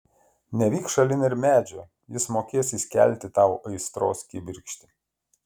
nevyk šalin ir medžio jis mokės įskelti tau aistros kibirkštį